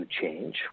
change